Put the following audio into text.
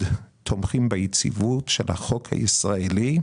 מאוד מאוד תומכים ביציבות של החוק הישראלי.